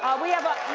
we have a,